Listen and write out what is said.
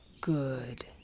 Good